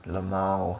LMAO